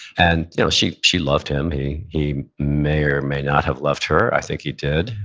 and you know she she loved him, he he may or may not have loved her, i think he did,